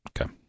Okay